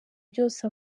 byose